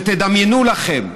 תדמיינו לכם: